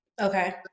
Okay